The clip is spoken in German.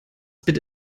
bitte